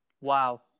Wow